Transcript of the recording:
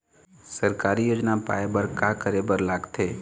सरकारी योजना पाए बर का करे बर लागथे?